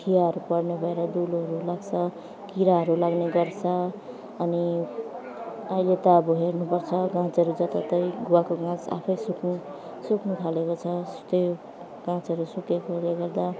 खियाहरू पर्ने भएर दुलोहरू लाग्छ किराहरू लाग्ने गर्छ अनि अहिले त अब हेर्नुपर्छ गाछहरू जताततै गुवाको गाछ आफै सुक्नु सुक्नथालेको छ त्यो गाछहरू सुकेकोले गर्दा